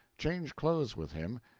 change clothes with him,